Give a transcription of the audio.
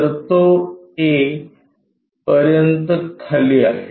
तर तो A पर्यंत खाली आहे